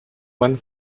juan